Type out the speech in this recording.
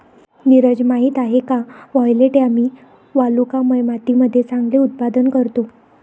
नीरज माहित आहे का वायलेट यामी वालुकामय मातीमध्ये चांगले उत्पादन करतो?